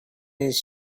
his